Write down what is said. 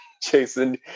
Jason